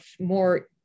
more